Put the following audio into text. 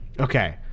Okay